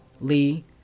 Lee